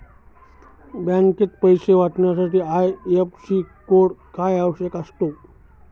पैसे पाठवताना IFSC code का आवश्यक असतो?